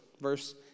verse